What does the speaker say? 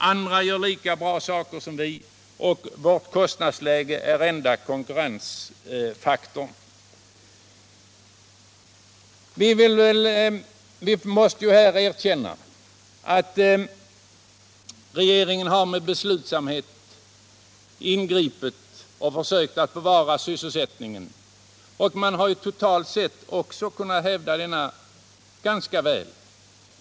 Andra gör lika bra saker som vi, och priset är den enda konkurrensfaktorn. Det måste erkännas att regeringen med beslutsamhet har ingripit för att försöka bevara sysselsättningen. Totalt sett har man också kunnat hävda denna ganska väl.